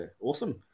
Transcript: awesome